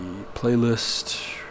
Playlist